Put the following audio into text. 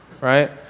right